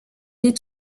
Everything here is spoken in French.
est